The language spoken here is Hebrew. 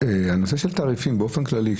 אני רוצה לשאול לגבי הנושא של תעריפים באופן כללי.